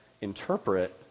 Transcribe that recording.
interpret